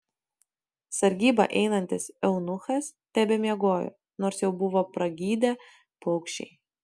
sargybą einantis eunuchas tebemiegojo nors jau buvo pragydę paukščiai